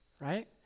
Right